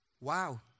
Wow